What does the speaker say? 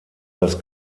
das